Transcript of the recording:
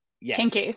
Yes